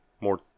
more